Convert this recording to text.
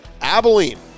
Abilene